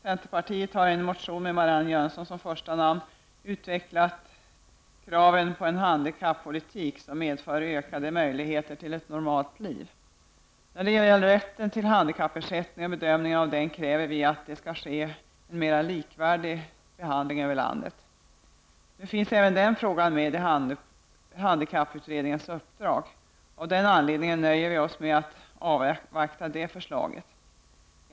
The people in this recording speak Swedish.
Vi i centerpartiet har i en motion, som har Marianne Jönsson som första namn, utvecklat våra krav på en handikappolitik som medför bättre möjligheter att leva ett normalt liv. När det gäller rätten till handikappersättning och bedömningen av denna kräver vi en mera likvärdig behandling över hela landet. Nu ingår även den frågan i handikapputredningens uppdrag. Av den anledningen nöjer vi oss med att avvakta förslag.